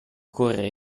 correre